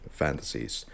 fantasies